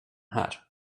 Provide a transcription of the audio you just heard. här